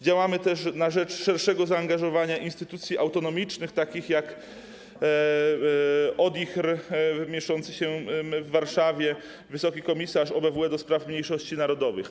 Działamy też na rzecz szerszego zaangażowania instytucji autonomicznych takich jak ODIHR z siedzibą w Warszawie czy wysokiego komisarza OBWE do spraw mniejszości narodowych.